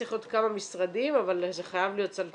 זה צריך להיות כמה משרדים אבל זה חייב להיות סל שיקום.